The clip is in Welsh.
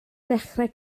ddechrau